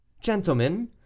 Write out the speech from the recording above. gentlemen